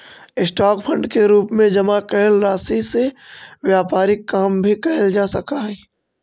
stock fund के रूप में जमा कैल राशि से व्यापारिक काम भी कैल जा सकऽ हई